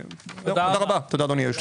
תודה, אדוני היושב-ראש.